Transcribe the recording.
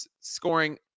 scoring